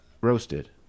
Roasted